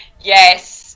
Yes